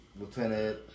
Lieutenant